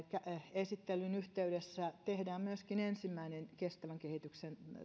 esittelyn yhteydessä tehdään myöskin ensimmäinen kestävän kehityksen